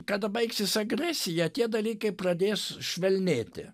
kada baigsis agresija tie dalykai pradės švelnėti